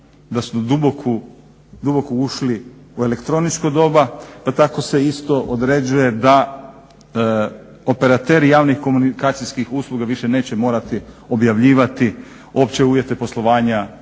da smo duboko ušli u elektroničko doba, pa tako se isto određuje da operateri javnih komunikacijskih usluga više neće morati objavljivati opće uvjete poslovanja